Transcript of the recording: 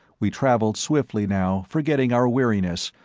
we travelled swiftly now, forgetting our weariness,